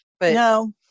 No